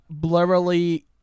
blurrily